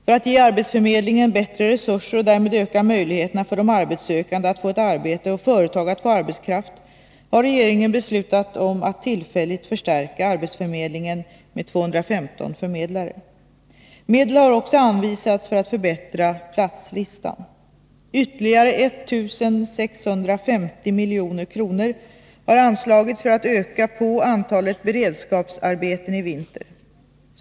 För att ge arbetsförmedlingen bättre resurser och därmed öka möjligheterna för de arbetssökande att få ett arbete och företag att få arbetskraft har regeringen beslutat att tillfälligt förstärka arbetsförmedlingen med 215 förmedlare. Medel har också anvisats för att förbättra platslistan. Ytterligare 1650 milj.kr. har anslagits för att öka på antalet beredskapsarbeten i vinter.